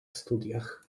studiach